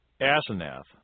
Asenath